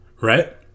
Right